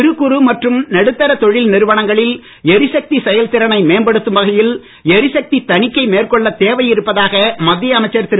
சிறு குறு மற்றும் நடுத்தா தொழில் நிறுவனங்களில் எரிசக்தி செயல் திறனை மேம்படுத்தும் வகையில் எரிசக்தித் தணிக்கை மேற்கொள்ளத் தேவை இருப்பதாக மத்திய அமைச்சர் திரு